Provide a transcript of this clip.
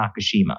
Nakashima